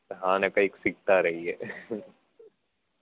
હા ને કંઈક શીખતા રહીએ